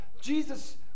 Jesus